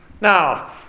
Now